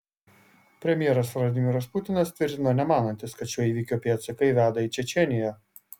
premjeras vladimiras putinas tvirtino nemanantis kad šio įvykio pėdsakai veda į čečėniją